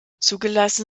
zugelassen